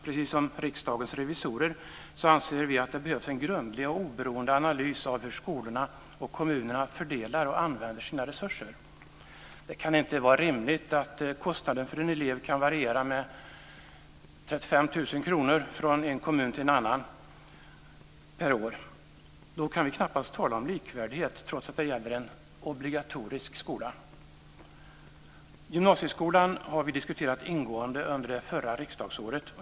Precis som Riksdagens revisorer anser vi att det behövs en grundlig och oberoende analys av hur skolorna och kommunerna fördelar och använder sina resurser. Det kan inte vara rimligt att kostnaden för en elev kan variera med 35 000 kr per år från en kommun till en annan. Då kan vi knappast tala om likvärdighet trots att det gäller en obligatorisk skola. Vi har diskuterat gymnasieskolan ingående under det förra riksdagsåret.